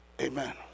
Amen